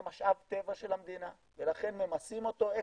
משאב טבע של המדינה ולכן ממסים אותו אקסטרה,